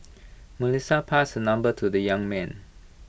Melissa passed the number to the young man